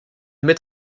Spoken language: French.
met